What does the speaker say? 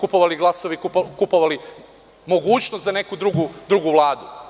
kupovali glasove i kupovali mogućnost za neku drugu vladu?